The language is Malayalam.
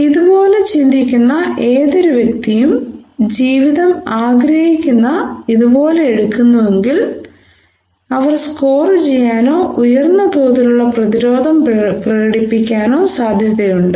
ഇതുപോലെ ചിന്തിക്കുന്ന ഏതൊരു വ്യക്തിയും ജീവിതം ആഗ്രഹിക്കുന്ന ഇതുപോലെ എടുക്കുന്നുവെങ്കിൽ അവർ സ്കോർ ചെയ്യാനോ ഉയർന്ന തോതിലുള്ള പ്രതിരോധം പ്രകടിപ്പിക്കാനോ സാധ്യതയുണ്ട്